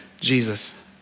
Jesus